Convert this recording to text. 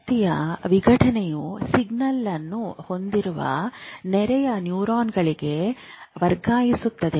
ಶಕ್ತಿಯ ವಿಘಟನೆಯು ಸಿಗ್ನಲ್ ಅನ್ನು ಹೊಂದಿರುವ ನೆರೆಯ ನ್ಯೂರಾನ್ಗಳಿಗೆ ವರ್ಗಾಯಿಸುತ್ತದೆ